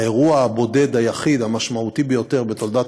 האירוע הבודד היחיד המשמעותי ביותר בתולדות